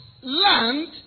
land